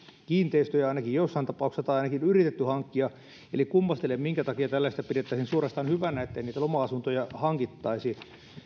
kiinteistöjä ainakin joissain tapauksissa tai ainakin yritetty hankkia eli kummastelen minkä takia tällaista pidettäisiin suorastaan hyvänä että niitä loma asuntoja hankittaisiin